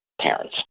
parents